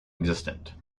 existent